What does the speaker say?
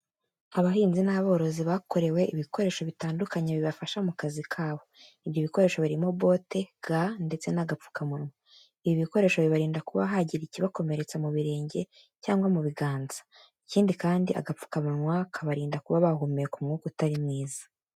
Abahinzi n'aborozi bakorewe ibikoresho bitandukanye bibafasha mu kazi kabo. Ibyo bikoresho birimo bote, ga ndetse n'agapfukamunwa. Ibi bikoresho bibarinda kuba hagira ikibakomeretse mu birenge cyangwa mu biganza. Ikindi kandi, agapfukamunwa kabarinda kuba bahumeka umwuka utari mwiza.